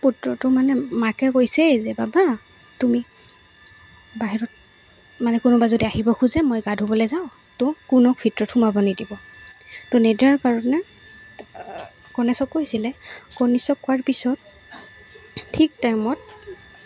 পুত্ৰটো মানে মাকে কৈছে এই যে বাবা তুমি বাহিৰত মানে কোনোবা যদি আহিব খোজে মই গা ধুবলৈ যাওঁ তো কোনো ভিতৰত সোমাব নিদিব তো নিদিয়াৰ কাৰণে গণেশক কৈছিলে গণেশক কোৱাৰ পিছত ঠিক টাইমত